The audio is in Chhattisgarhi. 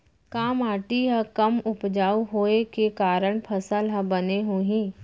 का माटी हा कम उपजाऊ होये के कारण फसल हा बने होही?